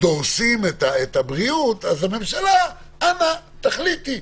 דורסים את הבריאות - הממשלה, אנא תחליטי.